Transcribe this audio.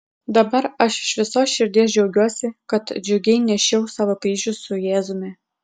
dabar aš iš visos širdies džiaugiuosi kad džiugiai nešiau savo kryžių su jėzumi